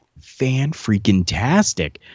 fan-freaking-tastic